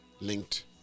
linked